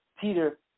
Peter